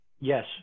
yes